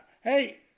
Hey